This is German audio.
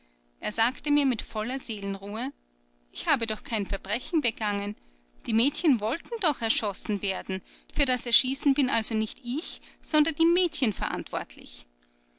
er sagte mir mit voller seelenruhe ich habe doch kein verbrechen begangen die mädchen wollten doch erschossen werden für das erschießen bin also nicht ich sondern die mädchen verantwortlich